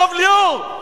הרב ליאור,